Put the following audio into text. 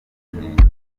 inenge